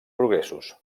progressos